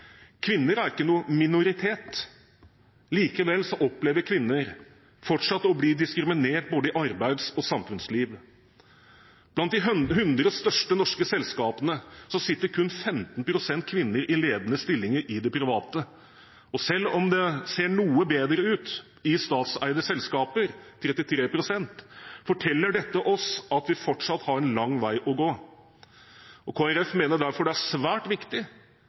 Kvinner er ingen minoritet, likevel opplever kvinner fortsatt å bli diskriminert i både arbeids- og samfunnsliv. Blant de 100 største norske selskapene sitter det kun 15 pst. kvinner i ledende stillinger i det private. Selv om det ser noe bedre ut i statseide selskaper, 33 pst., forteller dette oss at vi fortsatt har en lang vei å gå. Kristelig Folkeparti mener derfor det er svært viktig